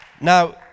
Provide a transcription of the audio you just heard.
Now